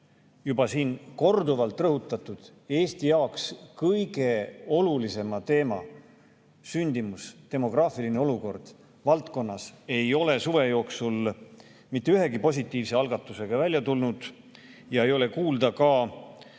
juba siin korduvalt rõhutatud Eesti jaoks kõige olulisemal teemal – sündimus või demograafiline olukord valdkonnas – ei ole suve jooksul mitte ühegi positiivse algatusega välja tulnud. Samuti ei ole kuulda ka